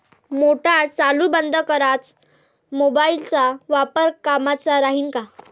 Motor चालू बंद कराच मोबाईलचा वापर कामाचा राहीन का?